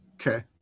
Okay